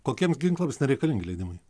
kokiems ginklams nereikalingi leidimai